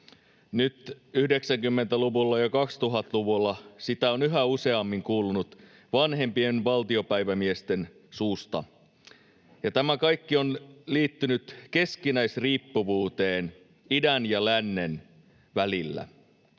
Nyt 90-luvulla ja 2000-luvulla sitä on yhä useammin kuulunut vanhempien valtiopäivämiesten suusta, ja tämä kaikki on liittynyt keskinäisriippuvuuteen idän ja lännen välillä.